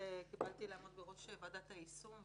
קיבלתי לעמוד בראש ועדת היישום,